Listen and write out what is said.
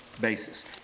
basis